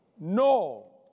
No